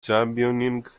championing